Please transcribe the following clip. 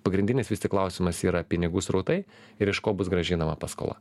pagrindinis vis tik klausimas yra pinigų srautai ir iš ko bus grąžinama paskola